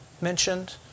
mentioned